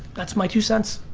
that's my two cents.